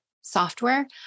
software